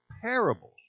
parables